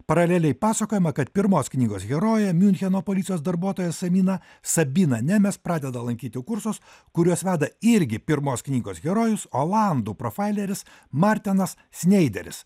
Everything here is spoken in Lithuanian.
paraleliai pasakojama kad pirmos knygos herojė miuncheno policijos darbuotoja samina sabina nemes pradeda lankyti kursus kuriuos veda irgi pirmos knygos herojus olandų profaileris martenas sneideris